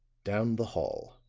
down the hall.